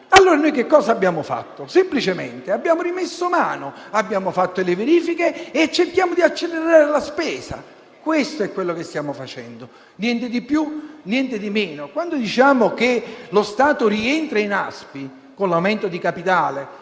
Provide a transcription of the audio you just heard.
Allora noi cosa abbiamo fatto? Semplicemente abbiamo rimesso mano, abbiamo fatto le verifiche e cerchiamo di accelerare la spesa. Questo è quanto stiamo facendo: niente di più e niente di meno. Quando diciamo che lo Stato rientra in ASPI, con l'aumento di capitale,